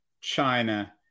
China